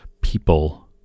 people